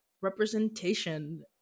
representation